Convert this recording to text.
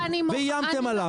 ואיימתם עליו.